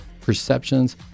perceptions